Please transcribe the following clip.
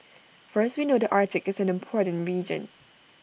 first we know the Arctic is an important region